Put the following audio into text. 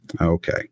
Okay